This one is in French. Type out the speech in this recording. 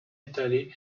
étalé